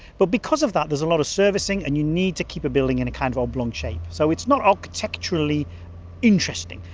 but because of that there's a lot of servicing, and you need to keep a building in a kind of oblong shape. so it's not architecturally interesting.